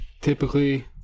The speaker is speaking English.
typically